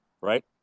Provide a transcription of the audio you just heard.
right